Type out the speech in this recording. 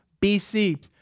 BC